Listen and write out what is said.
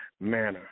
manner